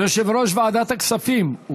יושב-ראש ועדת הכספים,